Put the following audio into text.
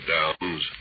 Downs